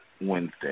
Wednesday